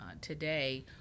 today